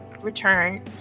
return